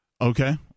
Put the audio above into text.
Okay